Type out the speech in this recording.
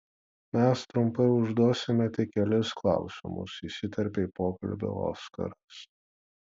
mes trumpai užduosime tik kelis klausimus įsiterpė į pokalbį oskaras